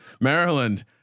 Maryland